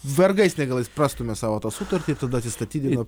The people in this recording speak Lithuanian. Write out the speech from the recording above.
vargais negalais prastumia savo tą sutartį tada atsistatydina